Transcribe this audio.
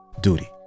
duty